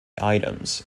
items